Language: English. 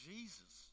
Jesus